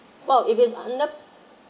!wow! if it's under